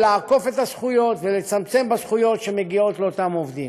לעקוף את הזכויות ולצמצם בזכויות שמגיעות לאותם עובדים.